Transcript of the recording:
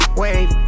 wave